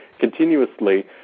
continuously